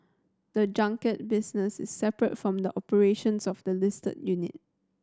the junket business is separate from the operations of the listed unit